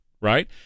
right